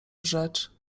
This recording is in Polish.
rzecz